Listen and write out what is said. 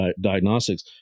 diagnostics